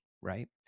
right